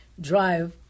drive